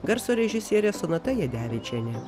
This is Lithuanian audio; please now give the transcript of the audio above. garso režisierė sonata jadevičienė